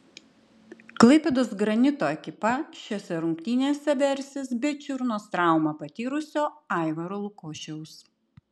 klaipėdos granito ekipa šiose rungtynėse versis be čiurnos traumą patyrusio aivaro lukošiaus